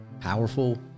powerful